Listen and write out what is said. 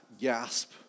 gasp